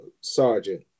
sergeant